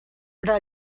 però